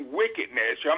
wickedness